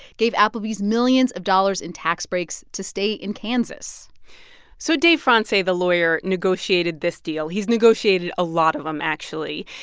gave applebee's millions of dollars in tax breaks to stay in kansas so dave frantze, the lawyer, negotiated this deal. he's negotiated a lot of them, actually,